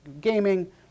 gaming